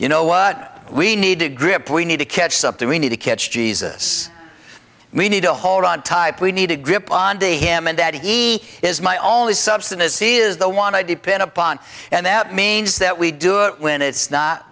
you know what we need to grip we need to catch something we need to catch jesus we need to hold on type we need a grip on de him and that he is my only substance as he is the one i depend upon and that means that we do it when it's not